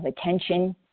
attention